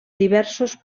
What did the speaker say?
diversos